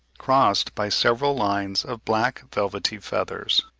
crossed by several lines of black velvety feathers.